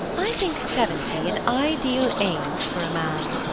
i think seventy an ideal age for a man.